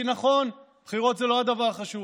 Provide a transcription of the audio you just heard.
כי נכון, בחירות זה לא הדבר החשוב.